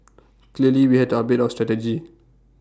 clearly we had to update our strategy